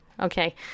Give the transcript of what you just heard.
okay